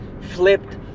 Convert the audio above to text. flipped